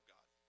God